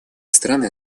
страны